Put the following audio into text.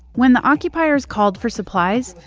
when the occupiers called for supplies,